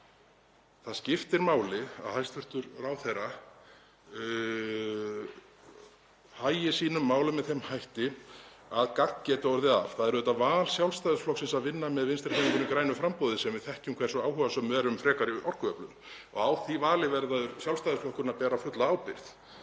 Það skiptir máli að hæstv. ráðherra hagi sínum málum með þeim hætti að gagn geti orðið af. Það er auðvitað val Sjálfstæðisflokksins að vinna með Vinstrihreyfingunni – grænu framboði, sem við þekkjum hversu áhugasöm er um frekari orkuöflun. Á því vali verður Sjálfstæðisflokkurinn að bera fulla ábyrgð